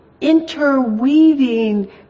interweaving